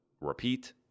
repeat